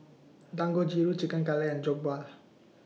Dangojiru Chicken Cutlet and Jokbal